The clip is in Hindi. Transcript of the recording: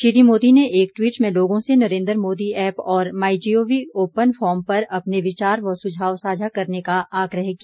श्री मोदी ने एक ट्वीट में लोगों से नरेन्द्र मोदी ऐप और my G O V open forum पर अपने विचार व सुझाव साझा करने का आग्रह किया